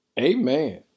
Amen